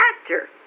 actor